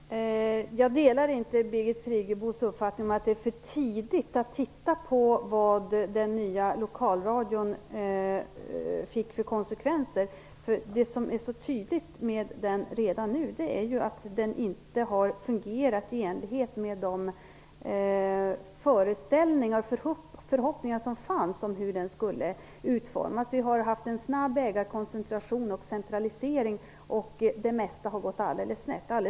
Herr talman! Jag delar inte Birgit Friggebos uppfattning att det är för tidigt att titta på vad den nya lokalradion fick för konsekvenser. Redan nu är det tydligt att den inte har fungerat i enlighet med de föreställningar och förhoppningar som fanns om hur den skulle utformas. Vi har fått en snabb ägarkoncentration och centralisering. Det mesta har gått alldeles snett.